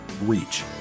reach